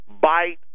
bite